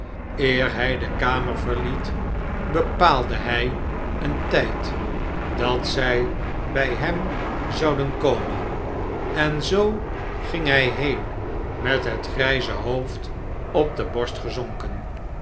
eer hij de kamer verliet bepaalde hij een tijd dat zij bij hem zouden komen en zoo ging hij heen met het grijze hoofd op de borst gezonken